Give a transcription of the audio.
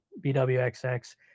BWXX